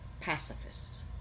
pacifists